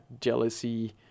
jealousy